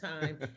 time